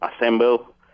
Assemble